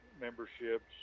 memberships